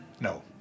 No